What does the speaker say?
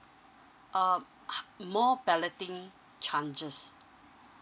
uh more balloting chances